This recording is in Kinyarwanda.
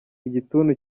igituntu